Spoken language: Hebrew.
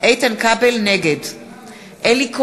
נגד אלי כהן,